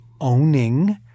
owning